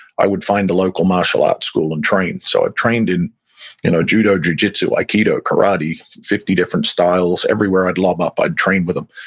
i would find the local martial arts school and train. so i've trained in you know judo, jiu-jitsu, aikido, karate, fifty different styles. everywhere i'd lob up, i'd train with them,